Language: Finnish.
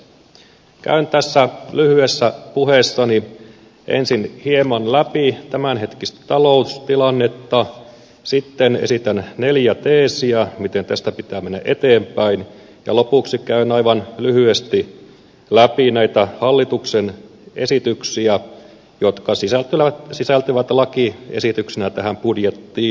käyn tässä lyhyessä puheessani ensin hieman läpi tämänhetkistä taloustilannetta sitten esitän neljä teesiä miten tästä pitää mennä eteenpäin ja lopuksi käyn aivan lyhyesti läpi näitä hallituksen esityksiä jotka sisältyvät lakiesityksenä tähän budjettiin